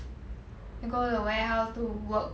then go the warehouse to work